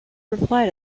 reply